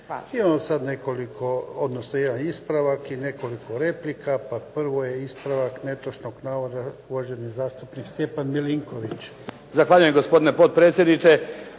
Imamo sad jedan ispravak i nekoliko replika. Pa prvo je ispravak netočnog navoda, uvaženi zastupnik Stjepan Milinković.